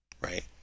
right